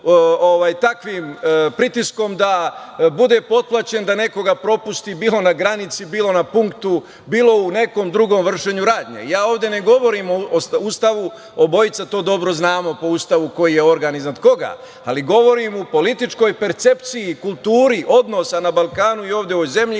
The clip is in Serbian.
takvim pritiskom da bude potplaćen da nekoga propusti, bilo na granici, bilo na punktu, bilo u nekom drugom vršenju radnje. Ja ovde ne govorim o Ustavu, obojica to dobro znamo, po Ustavu koji je organ iznad koga, ali govorim u političkoj percepciji, kulturi odnosa na Balkanu i ovde u ovoj